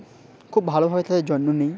খুব ভালোভাবে তাদের জন্য নেই